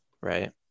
Right